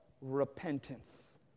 repentance